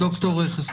בבקשה.